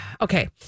okay